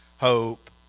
hope